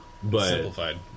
Simplified